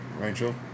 Rachel